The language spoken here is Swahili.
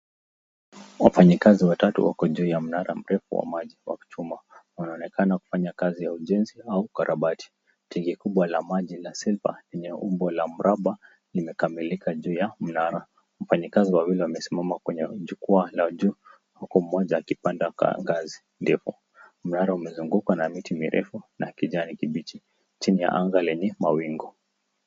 Wafanyikazi watatu wako kwenye mnara mrefu wa maji wakichuma wanaonekana kufanya kazi ya ujenzi au ukarabati. Tenki kubwa la maji ya [silver] enye umbo la mraba imekamilika juu ya mnara. Wafanyikazi wawili wamesimama kwenye jukwaa la juu huku mmoja akipanda ngazi ndipo. Mnara umezungukwa na miti mirefu na kijani kibichi chini la anga lenye mawingu.